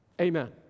Amen